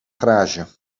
garage